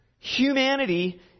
Humanity